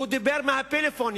הוא דיבר מהפלאפון,